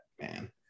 Man